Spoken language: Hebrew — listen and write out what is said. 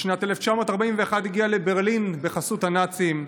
בשנת 1941 הוא הגיע לברלין בחסות הנאצים.